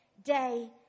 day